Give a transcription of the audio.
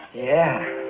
yeah.